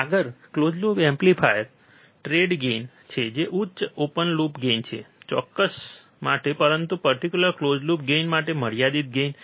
આગળ close loop amplifier trade gain છે જે ઉચ્ચ ઓપન લૂપ ગેઇન છે ચોકસાઈ માટે પરંતુ પર્ટીક્યુલર ક્લોઝ લૂપ ગેઇન માટે મર્યાદિત ગેઇન